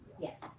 yes